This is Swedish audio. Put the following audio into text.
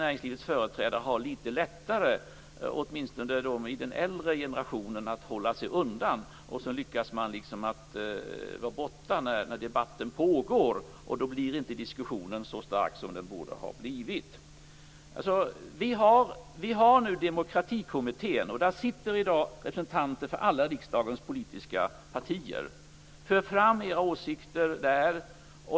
Näringslivets företrädare har litet lättare, åtminstone de i den äldre generationen, att hålla sig undan. De lyckas vara borta när debatten pågår, och då blir inte diskussionen så stark som den borde ha blivit. Vi har nu Demokratikommittén. Där sitter i dag representanter för alla riksdagens politiska partier. För fram era åsikter där!